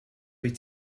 wyt